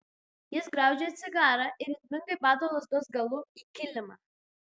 jis graužia cigarą ir ritmingai bado lazdos galu į kilimą